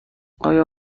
آیا